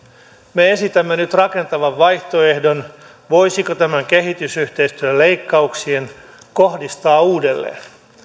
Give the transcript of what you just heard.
me esitämme nyt rakentavan vaihtoehdon voisiko tämän kehitysyhteistyön leikkauksen kohdistaa uudelleen